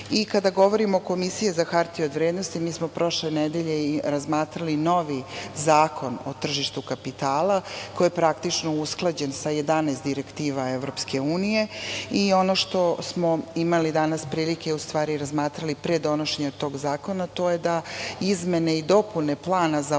govorimo i o Komisiji za hartije od vrednosti, mi smo prošle nedelje i razmatrali novi Zakon o tržištu kapitala koji je praktično usklađen sa 11 direktiva EU. Ono što smo imali danas prilike, u stvari razmatrali pre donošenja tog zakona, to je da izmene i dopune plana za ovu